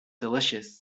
delicious